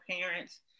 parents